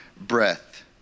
breath